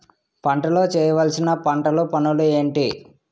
పంటలో చేయవలసిన పంటలు పనులు ఏంటి?